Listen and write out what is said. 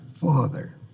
Father